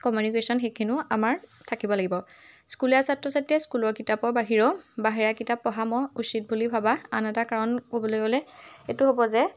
communication সেইখিনিও আমাৰ থাকিব লাগিব স্কুলীয়া ছাত্ৰ ছাত্ৰীয়ে স্কুলৰ কিতাপৰ বাহিৰেও বাহিৰা কিতাপ পঢ়া মই উচিত বুলি ভবা আন এটা কাৰণ ক'বলৈ গ'লে এইটো হ'ব যে